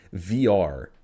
VR